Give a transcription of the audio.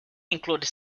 included